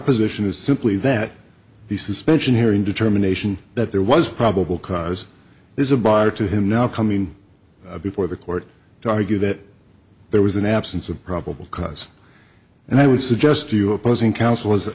position is simply that the suspension here in determination that there was probable cause there's a bar to him now coming before the court to argue that there was an absence of probable cause and i would suggest to you opposing counsel has